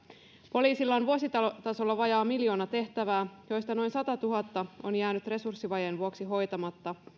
poliisilla on vuositasolla vajaa miljoona tehtävää joista noin satatuhatta on jäänyt resurssivajeen vuoksi hoitamatta ja